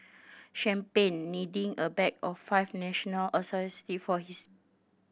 champagne needing a back of five national associated for his